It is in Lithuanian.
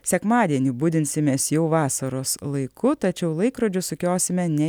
sekmadienį budinsimės jau vasaros laiku tačiau laikrodžius sukiosime ne